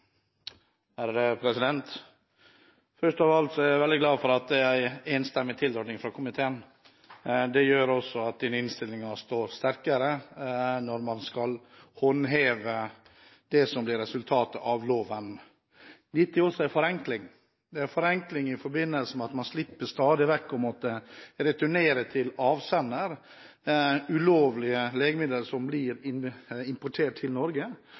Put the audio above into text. er jeg veldig glad for at det er en enstemmig tilråding fra komiteen. Det gjør at denne innstillingen står sterkere når man skal håndheve det som blir resultatet av loven. Dette er også en forenkling, en forenkling i forbindelse med at man slipper stadig vekk å måtte returnere til avsender ulovlige legemidler som blir importert til